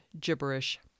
gibberish